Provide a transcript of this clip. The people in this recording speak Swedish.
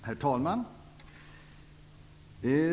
Herr talman!